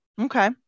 okay